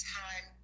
time